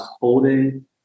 holding